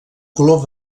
color